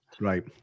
right